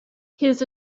his